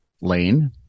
lane